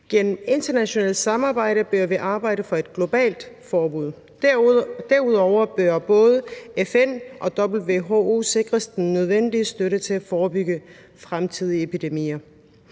Gennem internationalt samarbejde bør vi arbejde for et globalt forbud. Derudover bør både FN og WHO sikres den nødvendige støtte til at forebygge fremtidige epidemier.